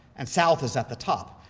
and south is at the top.